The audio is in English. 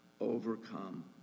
overcome